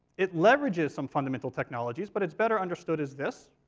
it leverages some fundamental technologies, but it's better understood as this.